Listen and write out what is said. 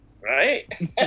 Right